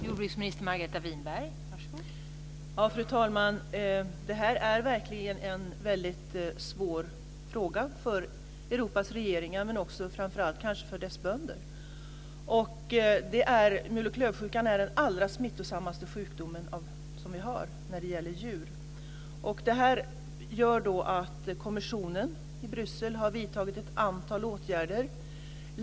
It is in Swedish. Fru talman! Det här är verkligen en väldigt svår fråga för Europas regeringar men också, kanske framför allt, för dess bönder. Mul och klövsjukan är den allra mest smittsamma sjukdomen när det gäller djur. Det har gjort att kommissionen i Bryssel har vidtagit ett antal åtgärder.